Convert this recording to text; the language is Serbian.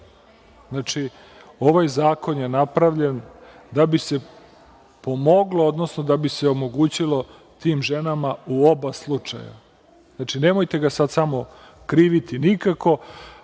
Znači, ovaj zakon je napravljen da bi se pomoglo, odnosno da bi se omogućilo tim ženama u oba slučaja. Znači, nemojte ga samo kriviti nikako,